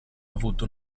avuto